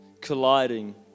colliding